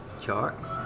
charts